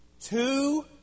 Two